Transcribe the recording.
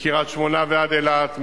מקריית-שמונה ועד אילת,